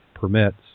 permits